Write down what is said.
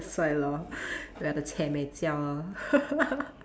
that's why lor we are the lor